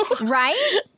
Right